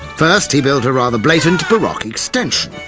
first, he built a rather blatant baroque extension.